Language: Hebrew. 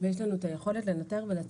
שאנחנו נצליח.